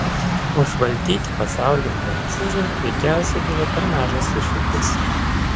užvaldyti pasaulį narcizui veikiausiai buvo per mažas iššūkis